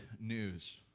news